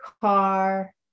car